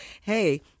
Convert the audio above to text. hey